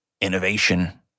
innovation